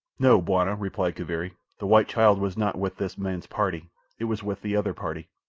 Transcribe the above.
no, bwana, replied kaviri, the white child was not with this man's party it was with the other party.